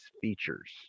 features